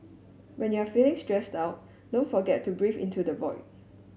when you are feeling stressed out don't forget to breathe into the void